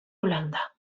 holanda